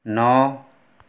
नौ